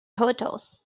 hotels